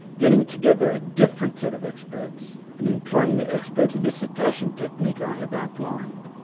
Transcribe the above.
getting together a different set of experts and employing the expert elicitation technique i have outlined,